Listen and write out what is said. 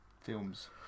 films